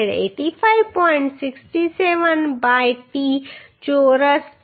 67 by t ચોરસ 0